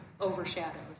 overshadowed